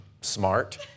smart